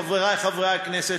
חברי חברי הכנסת,